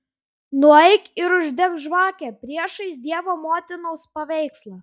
nueik ir uždek žvakę priešais dievo motinos paveikslą